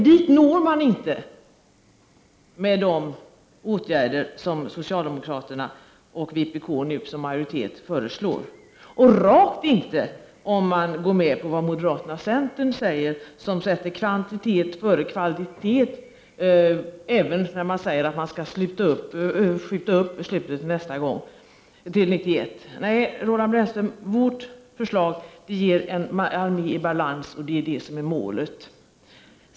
Dit når man inte med de åtgärder som socialdemokraterna och vpk nu som majoritet föreslår — och rakt inte om man går med på vad moderaterna och centern säger, som sätter kvantitet före kvalitet även när man säger att beslutet skall skjutas upp till 1991. Nej, Roland Brännström, vårt förslag ger en armé i balans, och det är det som är målet.